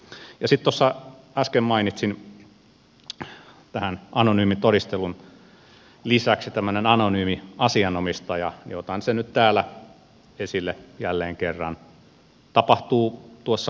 sitten tuossa äsken mainitsin tämän anonyymin todistelun lisäksi tämmöisen anonyymin asianomistajan ja otan sen nyt täällä esille jälleen kerran